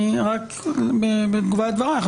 בתגובה לדברייך,